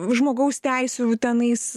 žmogaus teisių tenais